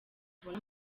tubone